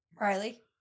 Riley